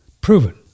Proven